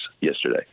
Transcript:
yesterday